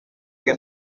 que